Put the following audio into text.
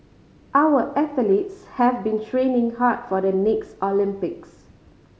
our athletes have been training hard for the next Olympics